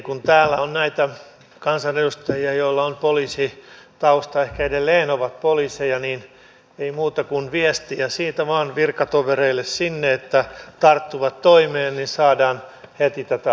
kun täällä on näitä kansanedustajia joilla on poliisitausta ehkä edelleen ovat poliiseja niin ei muuta kuin viestiä siitä vain virkatovereille sinne että tarttuvat toimeen niin saadaan heti tätä asiaa eteenpäin